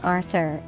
Arthur